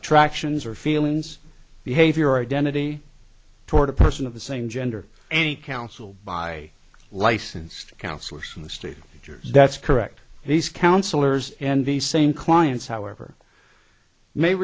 attractions or feelings behavior identity toward a person of the same gender any council by licensed counselors in the state that's correct these counselors and the same clients however may